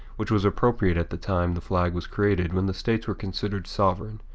which was appropriate at the time the flag was created when the states were considered sovereign.